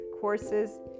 courses